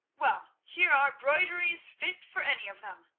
well here are broideries fit for any of them.